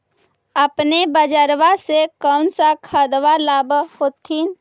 अपने बजरबा से कौन सा खदबा लाब होत्थिन?